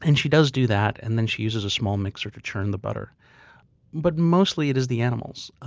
and she does do that. and then she uses a small mixer to churn the butter but mostly, it is the animals.